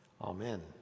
Amen